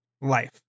life